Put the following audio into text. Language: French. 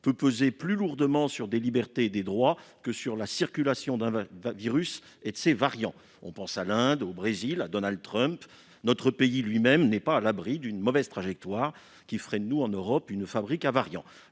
peut peser plus lourdement sur des libertés et des droits que sur la circulation d'un virus et de ses variants- on pense à l'Inde, au Brésil, à Donald Trump ... Notre pays lui-même n'est pas à l'abri d'une mauvaise trajectoire qui ferait de lui une fabrique de variants